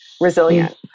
resilient